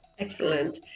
excellent